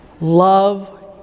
love